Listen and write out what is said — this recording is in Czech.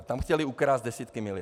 Tam chtěli ukrást desítky milionů.